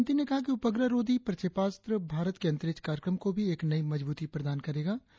प्रधानमंत्री ने कहा कि उपग्रहरोधी प्रक्षेपास्त्र भारत के अंतरिक्ष कार्यक्रम को भी एक नई मजबूती प्रदान करेगा